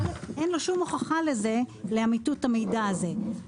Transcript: אבל אין לו שום הוכחה לאמיתות המידע הזה.